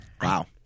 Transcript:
Wow